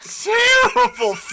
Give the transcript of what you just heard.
terrible